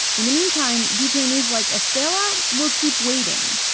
in the meantime, detainees like estrela will keep waiting.